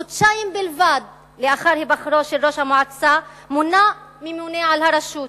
חודשיים בלבד לאחר היבחרו של ראש המועצה מונה ממונה לרשות,